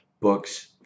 books